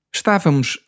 Estávamos